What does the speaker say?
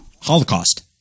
Holocaust